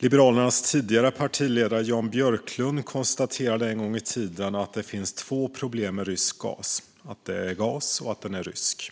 Liberalernas tidigare partiledare Jan Björklund konstaterade en gång i tiden att det finns två problem med rysk gas: att det är gas och att den är rysk.